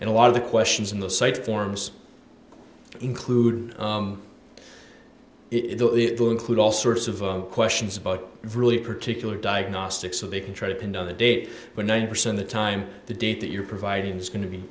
and a lot of the questions in the site forms included it will include all sorts of questions about really particular diagnostics so they can try to pin down the date but ninety percent the time the date that you're providing is going to be